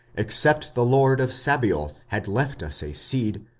except the lord of sabaoth had left us a seed,